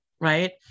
right